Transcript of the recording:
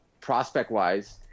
prospect-wise